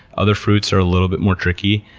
other fruits are a little bit more tricky.